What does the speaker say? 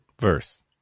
Verse